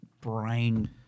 brain